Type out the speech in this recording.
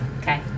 Okay